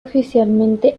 oficialmente